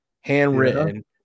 handwritten